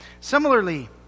Similarly